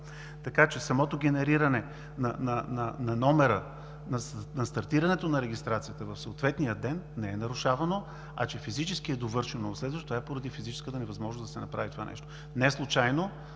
казвам. Самото генериране на номера, на стартирането на регистрацията в съответния ден не е нарушавано, а че физически е довършено в следващ ден, това е поради физическата невъзможност да се направи това. Неслучайно